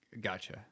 Gotcha